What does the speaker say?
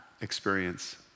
experience